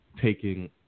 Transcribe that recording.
taking